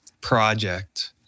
project